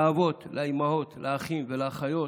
לאבות, לאימהות, לאחים ולאחיות